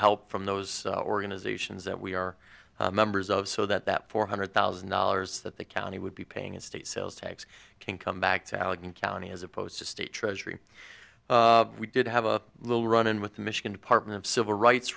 help from those organizations that we are members of so that that four hundred thousand dollars that the county would be paying in state sales tax can come back to allegheny county as opposed to state treasury we did have a little run in with the michigan department of civil rights